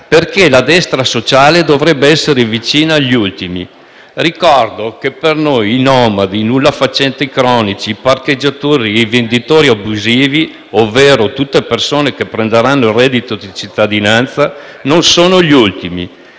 perché la destra sociale dovrebbe essere vicina agli ultimi, ricordo che, per noi, i nomadi, i nullafacenti cronici, i parcheggiatori e i venditori abusivi, ovvero tutte persone che prenderanno il reddito di cittadinanza, non sono gli ultimi.